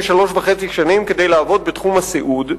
שלוש שנים וחצי כדי לעבוד בתחום הסיעוד,